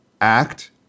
act